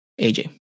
AJ